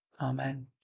Amen